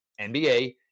NBA